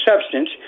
substance